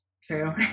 True